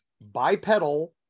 bipedal